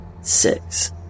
six